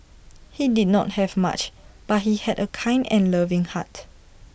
he did not have much but he had A kind and loving heart